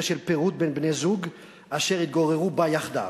של פירוד בין בני-זוג אשר התגוררו בה יחדיו.